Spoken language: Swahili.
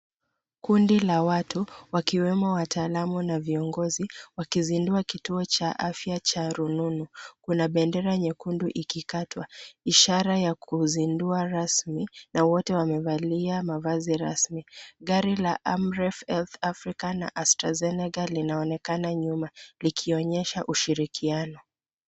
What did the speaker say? Kundi la watu wakiwemo wataalaamu na na viongozi wakizundua kituo cha afya cha rununu. Kuna bendera nyekundu ikikatwa ishara ya kuzindua rasmi na wote wamevalia mavazi rasmi. Gari la, amref health Africa na astrazanega, linaonekana nyuma likionyesha ushirikiano.